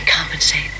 compensate